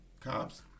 cops